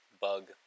Bug